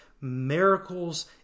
Miracles